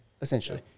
Essentially